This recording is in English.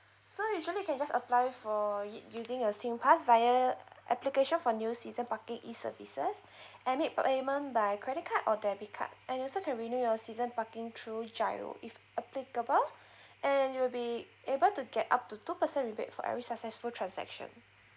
so usually you can just apply for it using your singpass via application for new season parking e services and make payment by credit card or debit card and also can renew your season parking through GIRO if applicable and you'll be able to get up to two percent rebate for every successful transaction